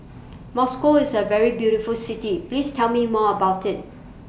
Moscow IS A very beautiful City Please Tell Me More about IT